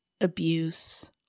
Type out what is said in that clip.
abuse